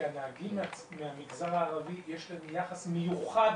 כי לנהגים מהמגזר הערבי יש יחס מיוחד